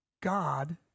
God